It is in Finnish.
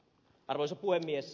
arvoisa puhemies